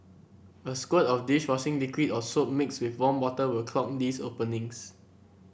a squirt of dish washing liquid or soap mixed with warm water will clog these openings